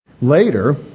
later